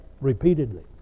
repeatedly